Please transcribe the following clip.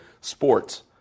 Sports